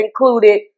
included